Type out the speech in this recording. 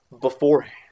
beforehand